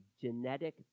genetic